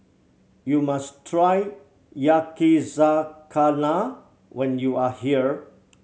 you must try Yakizakana when you are here